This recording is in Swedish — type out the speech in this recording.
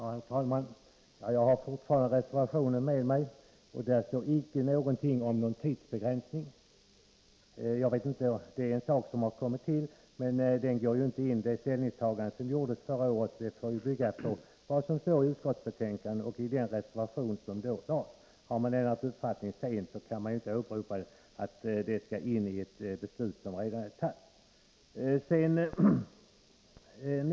Herr talman! Jag har fortfarande reservationen med mig, och där står icke någonting om någon tidsbegränsning. Det är en sak som har kommit till; det ställningstagande som gjordes förra året bygger ju på vad som står i utskottsbetänkandet och framgår av den reservation som då avgavs. Har man sedan ändrat uppfattning kan man inte hävda att det skall in i ett beslut som redan är fattat.